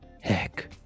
Heck